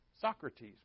Socrates